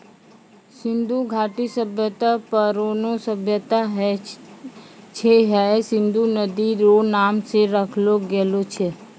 सिन्धु घाटी सभ्यता परौनो सभ्यता छै हय सिन्धु नदी रो नाम से राखलो गेलो छै